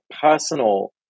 personal